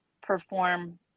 perform